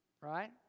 right